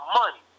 money